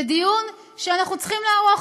זה דיון שאנחנו צריכים לערוך.